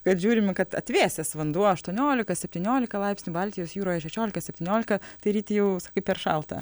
kad žiūrime kad atvėsęs vanduo aštuoniolika septyniolika laipsnių baltijos jūroje šešiolika septyniolika tai ryti jau sakai per šalta